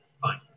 Fine